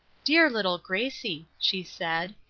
dear little gracie! she said.